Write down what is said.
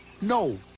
no